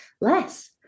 Less